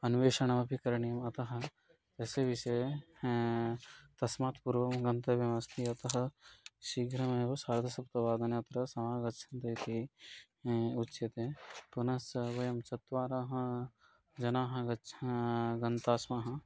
अन्वेषणमपि करणीयम् अतः तस्य विषये तस्मात् पूर्वं गन्तव्यमस्ति अतः शीघ्रमेव सार्धसप्तवादने अत्र समागच्छन्तु इति उच्यते पुनश्च वयं चत्वारः जनाः गच्छा गन्तास्मः